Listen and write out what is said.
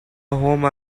home